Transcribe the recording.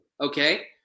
okay